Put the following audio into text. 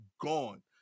gone